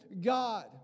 God